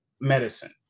medicine